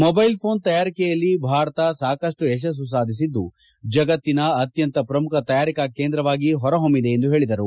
mobile phone ತಯಾರಿಕೆಯಲ್ಲಿ ಭಾರತ ಸಾಕಷ್ಟು ಯಶಸ್ತು ಸಾಧಿಸಿದ್ದು ಜಗತ್ತಿನ ಅತ್ಯಂತ ಪ್ರಮುಖ ತಯಾರಿಕಾ ಕೇಂದ್ರವಾಗಿ ಹೊರಹೊಮ್ಜಿದೆ ಎಂದು ಹೇಳಿದರು